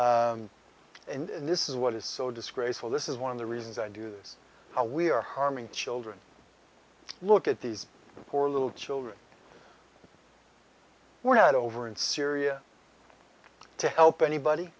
butler and this is what is so disgraceful this is one of the reasons i do this how we are harming children look at these poor little children we're not over in syria to help anybody